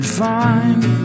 fine